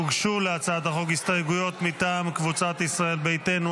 הוגשו להצעת החוק הסתייגויות מטעם קבוצת ישראל ביתנו,